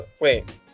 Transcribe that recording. Wait